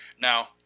Now